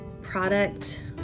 product